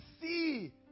see